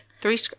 three